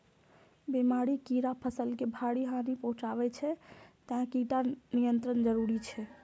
बीमारी, कीड़ा फसल के भारी हानि पहुंचाबै छै, तें कीट नियंत्रण जरूरी छै